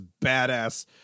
badass